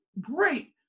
great